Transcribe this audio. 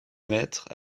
mètres